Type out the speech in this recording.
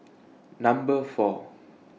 Number four